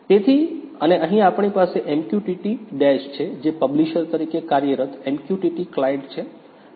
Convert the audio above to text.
તેથી અને અહીં આપણી પાસે MQTT ડેશ છે જે પબ્લિશર તરીકે કાર્યરત MQTT ક્લાયન્ટ છે